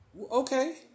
Okay